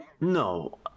No